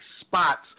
spots